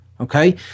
okay